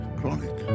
chronic